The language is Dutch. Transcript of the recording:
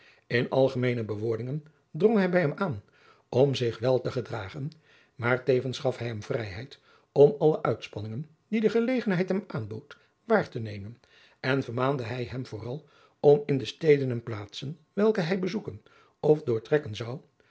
in algemeene bewoordingen drong hij bij hem aan om zich wel te gedragen maar tevens gaf hij hem vrijheid om alle uitspanningen die de geadriaan loosjes pzn het leven van maurits lijnslager legenheid hem aanbood waar te nemen en vermaande hij hem vooral om in de steden en plaatsen welke hij bezoeken of doortrekken zou